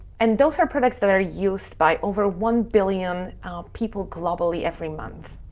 and those are products that are used by over one billion people globally every month.